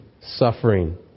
suffering